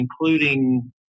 including